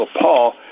Paul